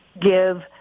give